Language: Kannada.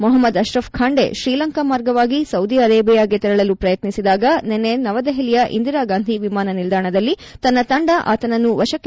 ಮೊಹಮ್ನದ್ ಅಶ್ರಫ್ ಖಾಂಡೆ ಶ್ರೀಲಂಕಾ ಮಾರ್ಗವಾಗಿ ಸೌಧಿ ಅರೇಬಿಯಾಗೆ ತೆರಳಲು ಯತ್ನಿಸಿದಾಗ ನಿನ್ನೆ ನವದೆಹಲಿಯ ಇಂದಿರಾಗಾಂಧಿ ವಿಮಾನ ನಿಲ್ದಾಣದಲ್ಲಿ ತನ್ನ ತಂಡ ಆತನನ್ನು ವಶಕ್ಷೆ ಪಡೆದಿದೆ ಎಂದು ಎನ್